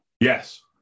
Yes